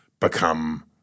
become